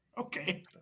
Okay